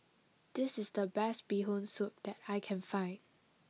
this is the best Bee Hoon Soup that I can find